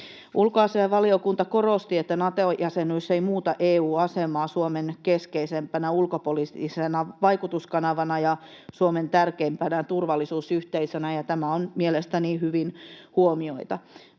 Ulkoasiainvaliokunta korosti, että Nato-jäsenyys ei muuta EU:n asemaa Suomen keskeisimpänä ulkopoliittisena vaikutuskanavana ja Suomen tärkeimpänä turvallisuusyhteisönä, ja tämä on mielestäni hyvin huomioitu.